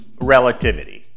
Relativity